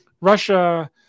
Russia